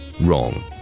Wrong